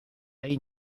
hay